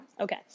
Okay